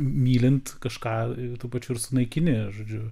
mylint kažką tuo pačiu ir sunaikini žodžiu